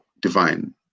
divine